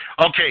Okay